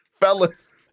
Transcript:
Fellas